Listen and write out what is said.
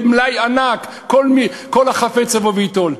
יהיה מלאי ענק, כל החפץ יבוא וייטול.